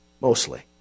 mostly